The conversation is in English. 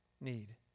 need